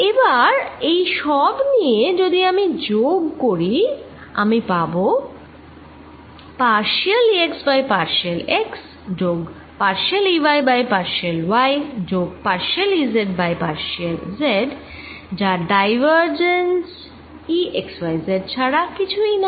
এবার এই সব নিয়ে যদি আমি যোগ করি আমি পাবো partial E x by partial x যোগ partial E y by partial y যোগ partial Ez by partial z যা divergence E x y z ছাড়া কিছুই না